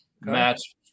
Match